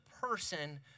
person